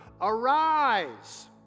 Arise